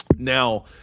Now